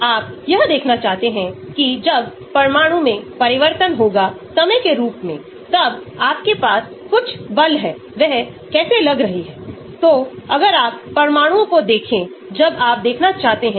तो हम यह तय कर सकते हैं कि हमारे अध्ययन के लिए हमारे मूल अणु में कौन सा विकल्प डाला जाए